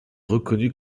reconnue